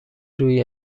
روی